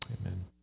Amen